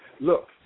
look